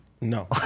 No